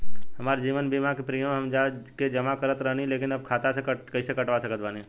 हमार जीवन बीमा के प्रीमीयम हम जा के जमा करत रहनी ह लेकिन अब खाता से कइसे कटवा सकत बानी?